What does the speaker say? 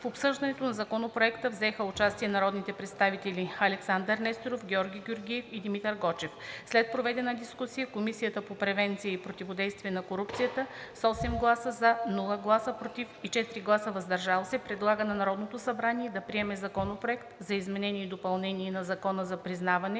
В обсъждането на Законопроекта взеха участие народните представители Александър Несторов, Георги Георгиев и Димитър Гочев. След проведената дискусия, Комисията по превенция и противодействие на корупцията с 8 гласа „за“, без „против“ и 4 гласа „въздържал се“ предлага на Народното събрание да приеме Законопроект за изменение и допълнение на Закона за признаване,